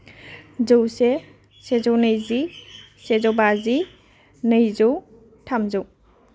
जौसे सेजौ नैजि सेजौ बाजि नैजौ थामजौ